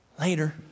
later